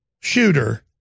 shooter